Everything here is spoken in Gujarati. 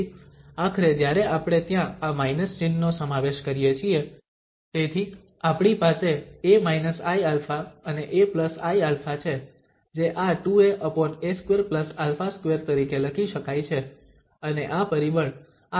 તેથી આખરે જ્યારે આપણે ત્યાં આ માઇનસ ચિહ્નનો સમાવેશ કરીએ છીએ તેથી આપણી પાસે a iα અને aiα છે જે આ 2aa2α2 તરીકે લખી શકાય છે અને આ પરિબળ આ 1√2π હશે